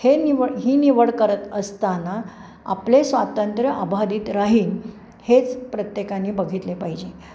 हे निव ही निवड करत असताना आपले स्वातंत्र्य अबाधित राहील हेच प्रत्येकाने बघितले पाहिजे